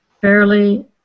fairly